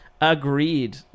agreed